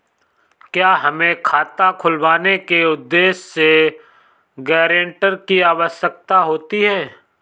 क्या हमें खाता खुलवाने के उद्देश्य से गैरेंटर की आवश्यकता होती है?